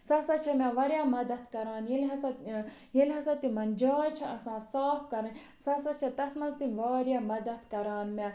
سۄ ہسا چھِ مےٚ واریاہ مدد کران ییٚلہِ ہسا ٲں ییٚلہِ ہسا تِمن جاے چھِ آسان صاف کرٕنۍ سۄ ہسا چھِ تَتھ منٛز تہِ واریاہ مدد کران مےٚ